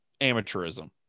amateurism